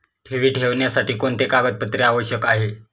ठेवी ठेवण्यासाठी कोणते कागदपत्रे आवश्यक आहे?